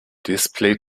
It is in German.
display